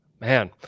Man